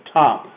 top